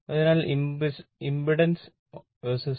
അതിനാൽ ഇംപെഡൻസ്